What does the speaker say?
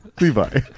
Levi